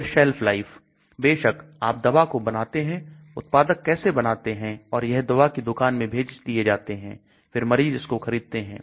फिर shelf life बेशक आप दवा को बनाते हैं उत्पादक कैसे बनाते हैं और यह दवा की दुकान में भेज दिया जाता है फिर मरीज इसको खरीदते हैं